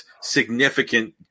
significant